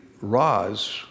Roz